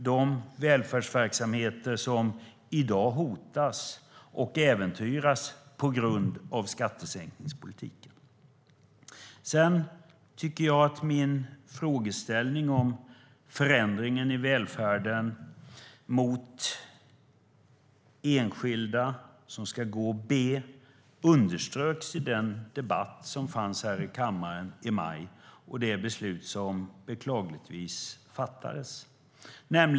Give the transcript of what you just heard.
Det var fråga om de välfärdsverksamheter som i dag hotas och äventyras på grund av skattesänkningspolitiken. Min fråga om förändringen i välfärden som riktas mot enskilda understryks av debatten i kammaren i maj och det beslut som beklagligtvis fattades.